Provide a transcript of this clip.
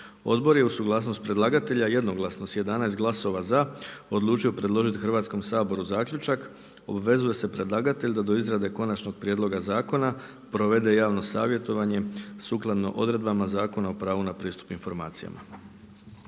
Odbor je uz suglasnost predlagatelja jednoglasno s 11 glasova za odlučio predložiti Hrvatskom saboru zaključak: Obvezuje se predlagatelj da do izrade konačnog prijedloga zakona provede javno savjetovanje sukladno odredbama Zakona o pravu na pristup informacijama.